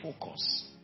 focus